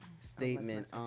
statement